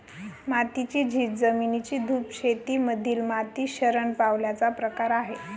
मातीची झीज, जमिनीची धूप शेती मधील माती शरण पावल्याचा प्रकार आहे